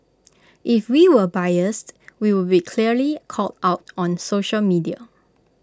if we were biased we would be clearly called out on social media